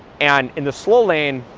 and in the slow lane,